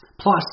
Plus